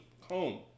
home